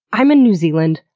i'm in new zealand,